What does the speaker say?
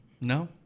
No